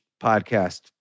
podcast